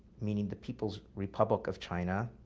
meaning the people's republic of china,